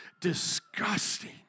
disgusting